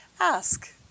ask